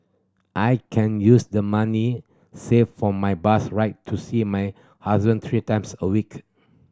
I can use the money saved for my bus ride to see my husband three times a week